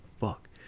fuck